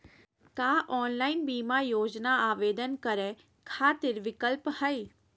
का ऑनलाइन बीमा योजना आवेदन करै खातिर विक्लप हई?